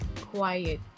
quiet